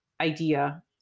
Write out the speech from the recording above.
idea